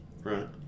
Right